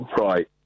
Right